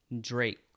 Drake